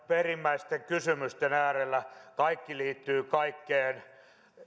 perimmäisten kysymysten äärellä kaikki liittyy kaikkeen